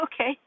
Okay